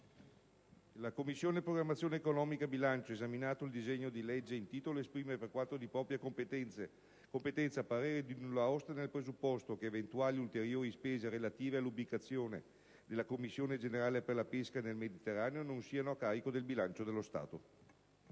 «La Commissione programmazione economica, bilancio, esaminato il disegno di legge in titolo esprime, per quanto di propria competenza, parere di nulla osta nel presupposto che eventuali ulteriori spese relative all'ubicazione della Commissione generale per la pesca nel Mediterraneo (CGPM) non siano a carico del bilancio dello Stato».